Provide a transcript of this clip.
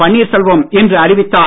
பன்னீர்செல்வம் இன்று அறிவித்தார்